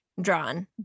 drawn